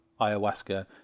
Ayahuasca